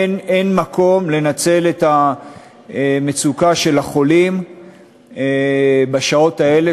אין מקום לנצל את המצוקה של החולים בשעות האלה,